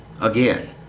again